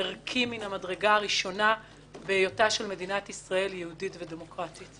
ערכי מן המדרגה הראשונה בהיותה מדינת ישראל יהודית ודמוקרטית.